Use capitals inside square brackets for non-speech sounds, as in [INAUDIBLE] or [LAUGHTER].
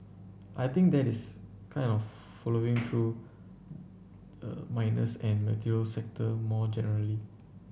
I think that is kind of flowing through [NOISE] miners and the materials sector more generally